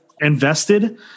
invested